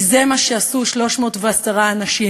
כי זה מה שעשו 310 אנשים: